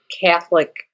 Catholic